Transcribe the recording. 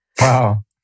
Wow